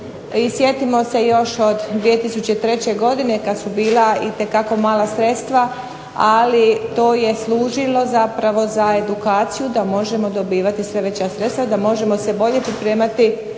sjetimo se još od 2003. godine kad su bila itekako mala sredstva, ali to je služilo zapravo za edukaciju da možemo dobivati sve veća sredstva, da možemo se bolje pripremati,